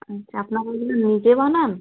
আচ্ছা আপনাদের ওগুলো নিজে বানান